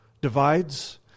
divides